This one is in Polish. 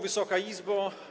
Wysoka Izbo!